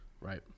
right